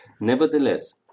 Nevertheless